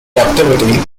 captivity